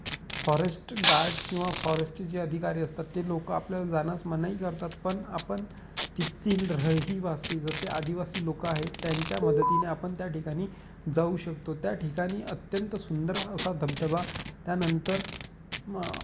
forest guard किंवा फॉरेस्टचे जे अधिकारी असतात ते लोक आपल्याला जाण्यास मनाई करतात पण आपण तेथील रहिवासी जसे आदिवासी लोक आहेत त्यांच्या मदतीने आपण त्या ठिकाणी जाऊ शकतो त्या ठिकाणी अत्यंत सुंदर असा धबधबा त्यानंतर म